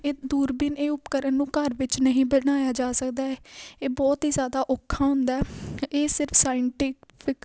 ਇਹ ਦੂਰਬੀਨ ਇਹ ਉਪਕਰਨ ਨੂੰ ਘਰ ਵਿੱਚ ਨਹੀਂ ਬਣਾਇਆ ਜਾ ਸਕਦਾ ਹੈ ਇਹ ਬਹੁਤ ਹੀ ਜਿਆਦਾ ਔਖਾ ਹੁੰਦਾ ਇਹ ਸਿਰਫ ਸਾਇੰਟੀਫਿਕ